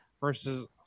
versus